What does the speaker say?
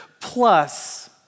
plus